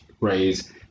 raise